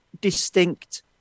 distinct